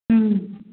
ह्म्म